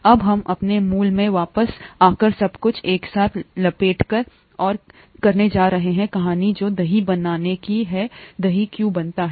अब हम अपने मूल में वापस आकर सब कुछ एक साथ लपेटकर और करने जा रहे हैं कहानी जो दही बनाने की है दही क्यों बनती है